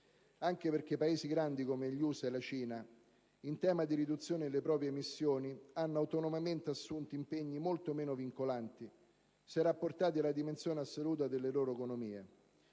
Anche perché Paesi grandi come gli USA e la Cina in tema di riduzione delle proprie emissioni hanno autonomamente assunto impegni molto meno vincolanti, se rapportati alla dimensione assoluta delle loro economie.